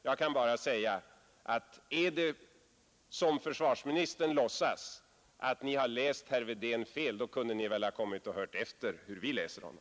Jag kan bara säga att är det som försvarsministern låtsas att Ni har läst herr Wedén fel, då kunde Ni väl ha kommit och hört efter hur vi läser honom.